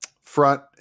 front